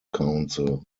council